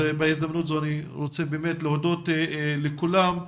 בהזדמנות זו אני רוצה להודות לכולם,